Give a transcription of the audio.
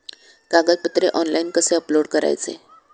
कागदपत्रे ऑनलाइन कसे अपलोड करायचे?